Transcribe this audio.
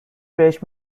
بهش